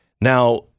Now